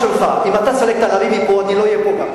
אם אתה תסלק את הערבים מפה, גם אני לא אהיה פה.